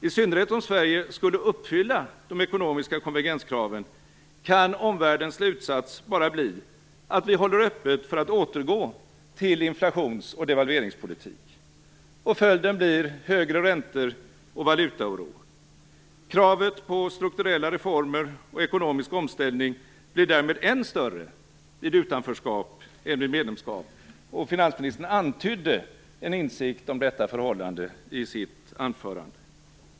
I synnerhet om Sverige skulle uppfylla de ekonomiska konvergenskraven kan omvärldens slutsats bara bli att Sverige håller öppet för att återgå till inflations och devalveringspolitik. Följden blir högre räntor och valutaoro. Kravet på strukturella reformer och ekonomisk omställning blir därmed än större vid utanförskap än vid medlemskap. Finansministern antydde en insikt om detta förhållande i sitt anförande.